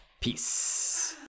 Peace